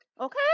Okay